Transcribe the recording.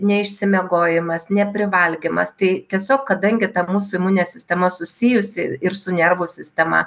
neišsimiegojimas neprivalgymas tai tiesiog kadangi ta mūsų imuninė sistema susijusi ir su nervų sistema